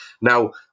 Now